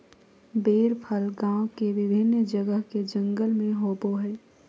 बेर फल गांव के विभिन्न जगह के जंगल में होबो हइ